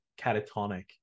catatonic